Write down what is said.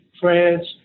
France